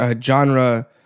genre